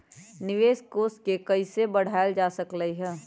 निवेश कोष के कइसे बढ़ाएल जा सकलई ह?